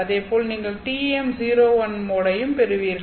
அதேபோல் நீங்கள் TM01 மோடையும் பெறுவீர்கள்